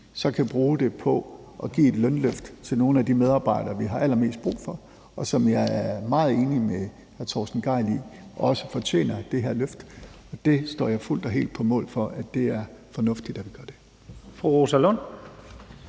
kan bruge dem på at give et lønløft til nogle af de medarbejdere, vi har allermest brug for, og som jeg er meget enig med hr. Torsten Gejl i også fortjener det her løft, og det står jeg fuldt og helt på mål for er fornuftigt at gøre.